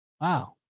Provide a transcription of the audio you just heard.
Wow